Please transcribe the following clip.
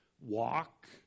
walk